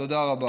תודה רבה.